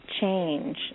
change